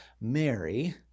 Mary